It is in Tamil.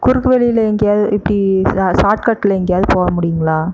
குறுக்கு வழியில எங்கேயாவது இப்படி சார்ட் கட்டில் எங்கேயாவது போக முடியுங்களா